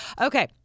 Okay